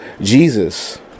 Jesus